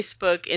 facebook